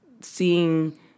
seeing